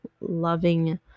loving